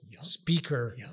speaker